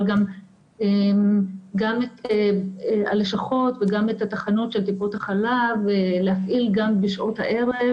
גם את הלשכות וגם את התחנות של טיפות החלב להפעיל גם בשעות הערב